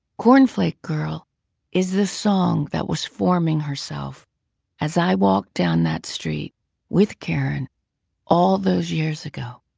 cornflake girl is the song that was forming herself as i walked down that street with karen all those years ago.